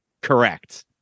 Correct